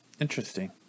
Interesting